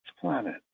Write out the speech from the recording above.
planet